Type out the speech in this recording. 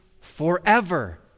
forever